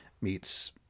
meets